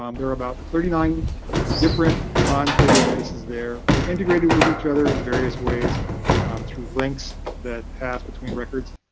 um there are about thirty nine different um entrez databases there. they're integrated with each other in various ways um through links that pass between records.